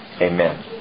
Amen